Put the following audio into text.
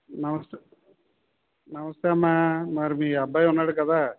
నమస్తే నమస్తే అమ్మా మరి మీ అబ్బాయి ఉన్నాడు కదా